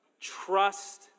Trust